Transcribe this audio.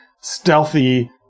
stealthy